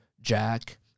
Jack